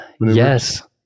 Yes